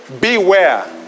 Beware